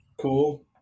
cool